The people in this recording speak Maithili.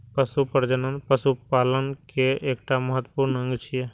पशु प्रजनन पशुपालन केर एकटा महत्वपूर्ण अंग छियै